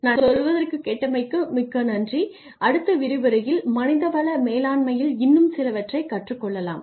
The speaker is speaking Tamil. நான் சொல்வதைக் கேட்டமைக்கு மிக்க நன்றி அடுத்த விரிவுரையில் மனிதவள மேலாண்மையில் இன்னும் சிலவற்றை கற்றுக்கொள்ளலாம்